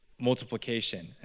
multiplication